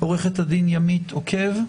עו"ד ימית עוקב,